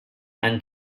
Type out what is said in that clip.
and